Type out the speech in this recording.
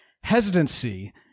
hesitancy